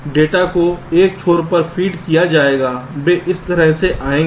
इसलिए डेटा को एक छोर पर फीड किया जाएगा वे इस तरह से जाएंगे